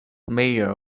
mayor